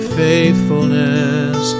faithfulness